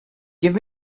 give